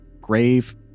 grave